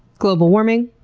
global warming,